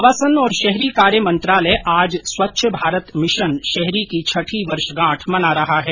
आवासन और शहरी कार्य मंत्रालय आज स्वच्छ भारत मिशन शहरी की छठी वर्षगांठ मना रहा है